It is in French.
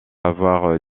avoir